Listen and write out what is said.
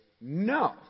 no